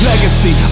Legacy